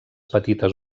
petites